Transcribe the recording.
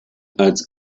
als